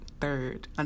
third